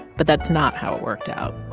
but that's not how it worked out.